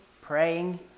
Praying